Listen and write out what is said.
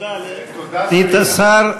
תודה לסגנית השר.